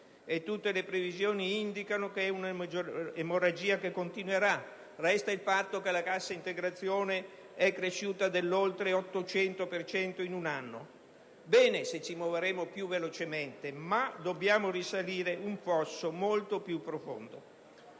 tutte le previsioni indicano che è un'emorragia che continuerà. Resta ancora il fatto che la cassa integrazione è cresciuta di oltre l'800 per cento in un anno. Sarà un bene se ci muoveremo più velocemente, ma dobbiamo risalire un fosso molto più profondo.